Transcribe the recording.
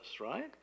right